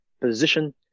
position